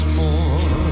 more